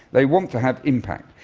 they want to have impact,